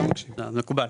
מקובל.